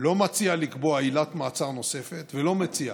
לא מציע לקבוע עילת מעצר נוספת ולא מציע,